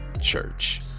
church